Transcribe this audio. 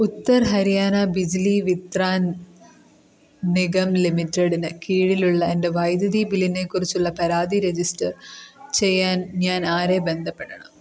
ഉത്തർ ഹരിയാന ബിജ്ലി വിത്രാൻ നിഗം ലിമിറ്റഡ്ന് കീഴിലുള്ള എൻ്റെ വൈദ്യുതി ബില്ലിനെക്കുറിച്ചുള്ള പരാതി രജിസ്റ്റർ ചെയ്യാൻ ഞാൻ ആരെ ബന്ധപ്പെടണം